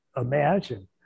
imagine